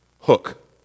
Hook